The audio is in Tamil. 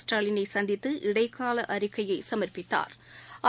ஸ்டாலினைசந்தித்து இடைக்காலஅறிக்கைஒன்றைசமா்ப்பித்தாா்